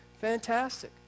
fantastic